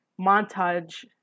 montage